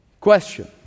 Question